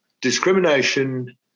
Discrimination